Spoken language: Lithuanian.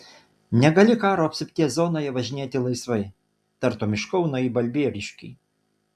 negali karo apsupties zonoje važinėti laisvai tartum iš kauno į balbieriškį